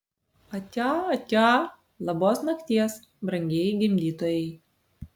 atia atia labos nakties brangieji gimdytojai